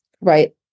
right